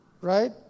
right